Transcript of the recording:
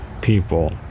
people